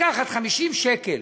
לקחת 50 שקלים